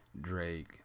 drake